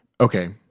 okay